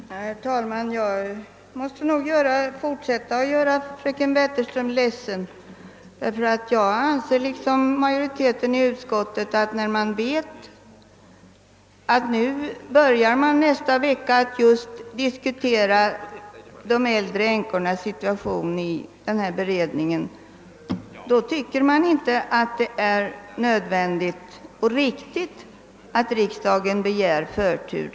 Herr talman! Jag måste nog fortsätta att göra fröken Wetterström ledsen, ty jag anser liksom majoriteten i utskottet att när man vet, att pensionsförsäkringskommittén i nästa vecka just börjar diskutera de äldre änkornas situation, så är det inte riktigt att riksdagen begär förtur.